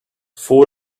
before